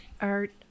art